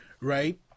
right